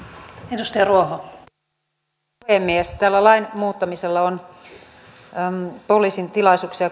arvoisa puhemies tällä lain muuttamisella on tilaisuuksia